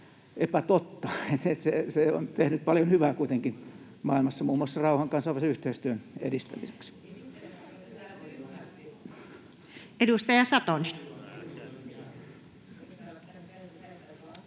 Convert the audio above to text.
tehnyt paljon hyvää maailmassa, muun muassa rauhan ja kansainvälisen yhteistyön edistämiseksi.